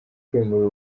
kwimurira